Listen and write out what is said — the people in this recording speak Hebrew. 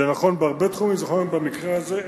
זה נכון בהרבה תחומים, וזה נכון במקרה הזה.